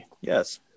Yes